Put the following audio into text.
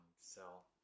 sell